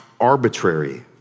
arbitrary